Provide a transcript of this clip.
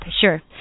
Sure